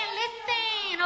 listen